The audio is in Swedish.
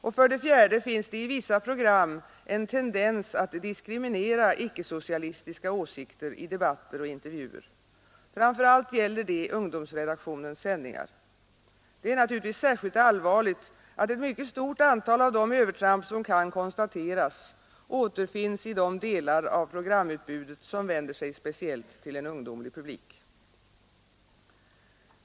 Och för det fjärde finns det i vissa program en tendens att diskriminera icke-socialistiska åsikter i debatter och intervjuer. Framför allt gäller detta ungdomsredaktionens sändningar. Det är naturligtvis särskilt allvarligt att ett mycket stort antal av de övertramp som kan konstateras återfinns i de delar av programutbudet som vänder sig speciellt till en ungdomlig publik.